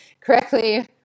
correctly